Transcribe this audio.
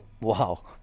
Wow